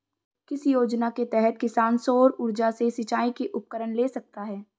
किस योजना के तहत किसान सौर ऊर्जा से सिंचाई के उपकरण ले सकता है?